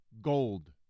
Gold